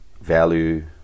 value